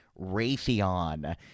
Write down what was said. Raytheon